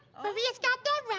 maria's got